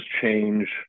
change